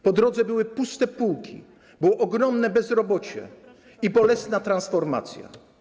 Po drodze były puste półki, było ogromne bezrobocie i bolesna transformacja.